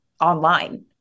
online